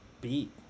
beat